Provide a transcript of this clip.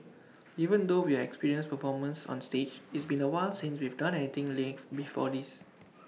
even though we are experienced performers on stage it's been A while since we've done anything live before this